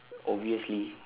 obviously